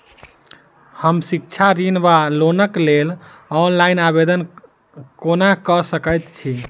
हम शिक्षा ऋण वा लोनक लेल ऑनलाइन आवेदन कोना कऽ सकैत छी?